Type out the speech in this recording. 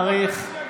אני מעריך,